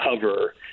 cover